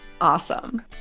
Awesome